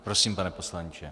Prosím, pane poslanče.